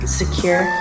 secure